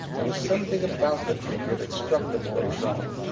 there was something about the figure that struck the boy jean.